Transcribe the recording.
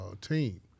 team